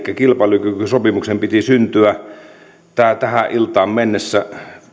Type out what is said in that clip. kilpailukykysopimuksen piti syntyä tähän iltaan mennessä